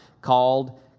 called